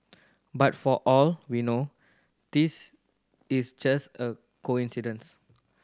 but for all we know this is just a coincidence